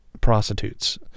prostitutes